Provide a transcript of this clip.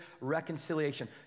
reconciliation